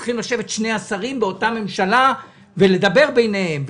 שני השרים באותה הממשלה צריכים לשבת ולדבר ביניהם,